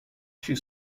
she